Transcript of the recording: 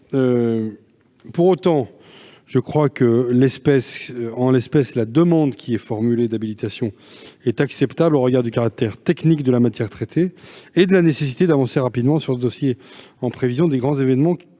mois. Je crois cependant que, en l'espèce, cette demande d'habilitation est acceptable au regard du caractère technique de la matière traitée et de la nécessité d'avancer rapidement sur ce dossier en prévision des grands événements